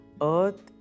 earth